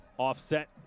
Offset